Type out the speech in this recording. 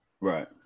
Right